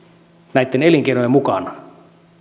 näitten elinkeinojen mukana